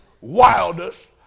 wildest